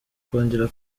kongera